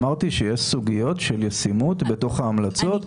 אמרתי שיש סוגיות של ישימות בתוך ההמלצות.